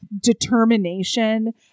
determination